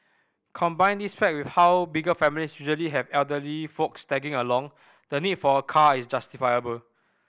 combine this fact with how bigger families usually have elderly folks tagging along the need for a car is justifiable